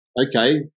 okay